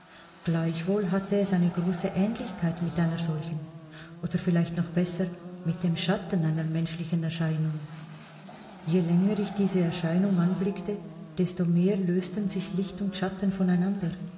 gleichwohl hatte es eine große ähnlichkeit mit einer solchen oder vielleicht noch besser mit dem schatten einer menschlichen erscheinung je länger ich diese erscheinung anblickte desto mehr lösten sich licht und schatten von